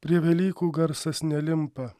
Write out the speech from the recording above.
prie velykų garsas nelimpa